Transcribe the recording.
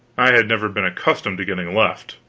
i had never been accustomed to getting left,